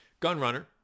Gunrunner